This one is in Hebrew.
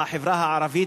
בחברה הערבית,